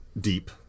deep